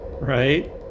Right